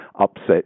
upset